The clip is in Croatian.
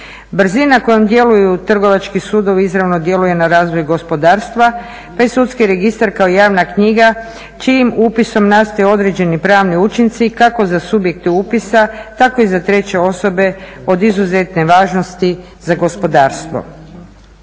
Brzina kojom djeluju trgovački sudovi izravno djeluje na razvoj gospodarstva pa je sudski registar kao javna knjiga čijim upisom nastaju određeni pravni učinci, kako za subjekte upisa tako i za treće osobe od izuzetne važnosti za gospodarstvo.